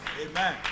Amen